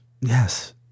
Yes